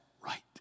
right